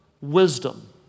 wisdom